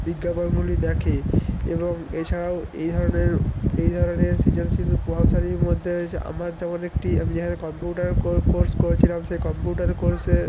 বিজ্ঞাপনগুলি দেখে এবং এছাড়াও এই ধরনের এই ধরনের সৃজনশীল প্রভাবশালীর মধ্যে হয়েছে আমার যেমন একটি আমি যেখানে কম্পিউটার কোর্স করেছিলাম সেই কম্পিউটার কোর্সে